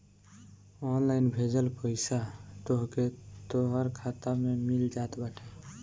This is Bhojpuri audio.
ऑनलाइन भेजल पईसा तोहके तोहर खाता में मिल जात बाटे